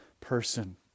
person